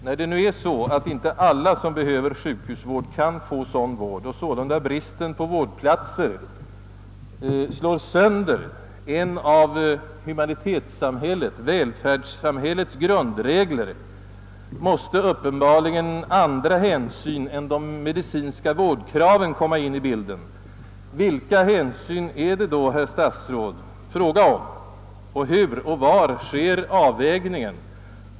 När det nu är så, att inte alla som behöver sjukhusvård kan få sådan, och då sålunda bristen på vårdplatser slår sönder en av humanitetsoch välfärdssamhällets grundregler, måste onekligen andra hänsyn än de medicinska vårdkraven komma in i bilden. Vilka hänsyn är det då, herr statsråd, fråga om? Hur och var sker avvägningen?